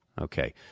okay